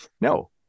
No